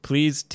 Please